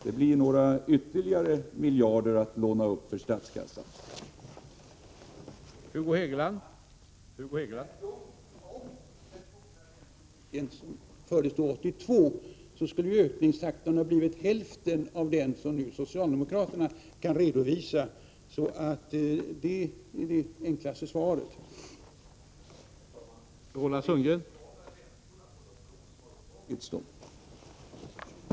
Det blir ytterligare några miljarder för statskassan att låna upp.